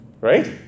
right